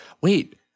wait